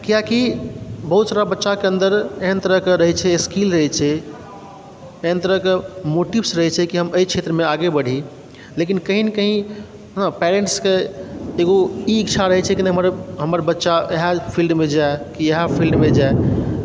कियाकि बहुत सारा बच्चाके अन्दर एहन तरहकेँ रहैत छै स्किल रहैत छै एहन तरहकेँ मोटिव्स रहैत छै कि हम एहि क्षेत्रमे आगे बढ़ी लेकिन कहीँ ने कहीँ हँ पैरेन्ट्सके एगो ई इच्छा रहैत छै कि नहि हमर बच्चा इएह फिल्डमे जाय कि इएह फिल्डमे जाय